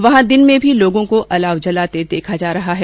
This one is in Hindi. वहां दिन में भी लोगों को अलाव जलाते देखा जा रहा है